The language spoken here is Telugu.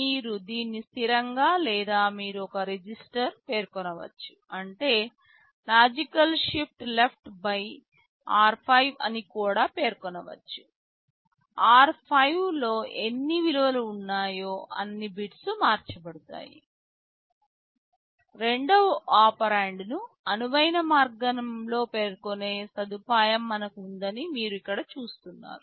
మీరు దీన్ని స్థిరంగా లేదా మీరు ఒక రిజిస్టర్ పేర్కొనవచ్చు అంటే logical shift left by r5 అనికూడా పేర్కొనవచ్చు r5 లోఎన్ని విలువలు ఉన్నాయో అన్ని బిట్స్ మార్చబడతాయి రెండవ ఒపెరాండ్ను అనువైన మార్గంలో పేర్కొనే సదుపాయం మనకు ఉందని మీరు ఇక్కడ చూస్తున్నారు